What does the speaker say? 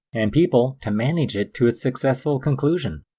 and people to manage it to its successful conclusion.